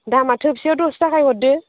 दामा थोबसेयाव दस थाखा होदो